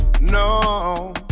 no